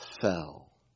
Fell